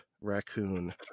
raccoon